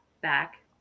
back